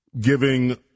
Giving